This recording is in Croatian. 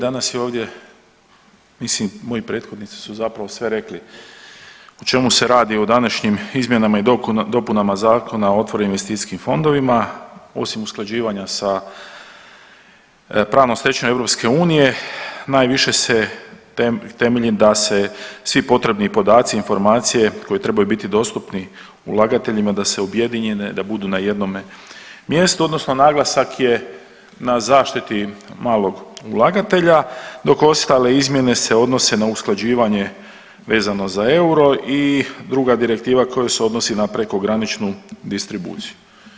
Danas je ovdje mislim moji prethodnici su zapravo sve rekli o čemu se radi o današnjim izmjenama i dopunama Zakona o otvorenim investicijskim fondovima, osim usklađivanja s pravnom stečevinom EU najviše se temelji da se svi potrebni podaci i informacije koje trebaju biti dostupni ulagateljima da su objedinjene i da budu na jednom mjestu odnosno naglasak je na zaštiti malog ulagatelja, dok ostale izmjene se odnose na usklađivanje vezano za euro i druga direktiva koja se odnosi na prekograničnu distribuciju.